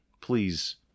please